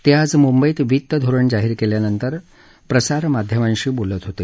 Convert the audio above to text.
ते आज मुंबईत वितधोरण जाहीर केल्यानंतर प्रसारमाध्यमांशी बोलत होते